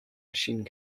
machine